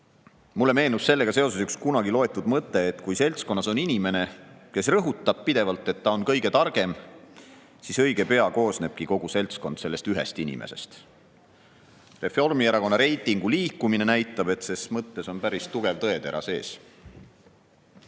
Mulle meenus sellega seoses üks kunagi loetud mõte, et kui seltskonnas on inimene, kes pidevalt rõhutab, et ta on kõige targem, siis õige pea koosnebki kogu seltskond sellest ühest inimesest. Reformierakonna reitingu liikumine näitab, et ses mõttes on päris tugev tõetera